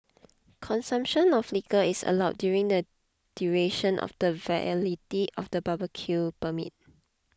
consumption of liquor is allowed during the duration of the validity of the barbecue permit